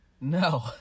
No